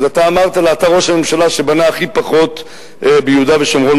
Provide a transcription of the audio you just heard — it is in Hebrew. אמרת לה שאתה ראש הממשלה שבנה הכי פחות ביהודה ושומרון,